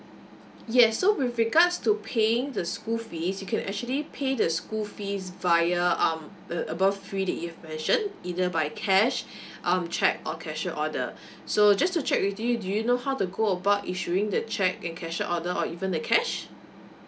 yes so with regards to paying the school fees you can actually pay the school fees via um a above fee that you've mentioned either by cash um cheque or cashier order so just to check with you do you know how to go about issuing the cheque and cashier order or even the cash